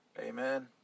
Amen